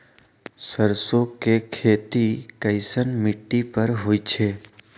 सरसों के खेती कैसन मिट्टी पर होई छाई?